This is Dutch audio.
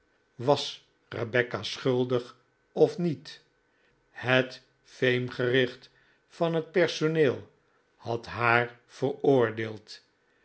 was rebecca schuldig of niet het veemgericht van het personeel had haar veroordeeld